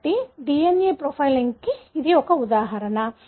కాబట్టి అంటే DNA ప్రొఫైలింగ్కు అలాంటి ఒక ఉదాహరణ